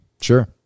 sure